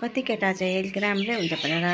कति केटा चाहिँ अलिक राम्रै हुन्छ भनेर